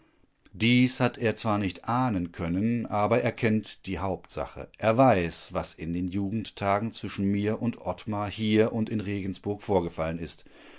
dies hat er zwar nicht ahnen können aber er kennt die hauptsache er weiß was in den jugendtagen zwischen mir und ottmar hier und in regensburg vorgefallen ist